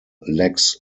lex